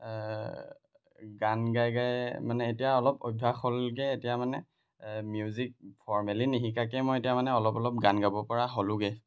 গান গাই গাই মানে এতিয়া অলপ অভ্যাস হ'লগৈ এতিয়া মানে মিউজিক ফৰৰ্মেলি নিশিকাকৈ মই এতিয়া মানে অলপ অলপ গান গাব পৰা হ'লোঁগৈ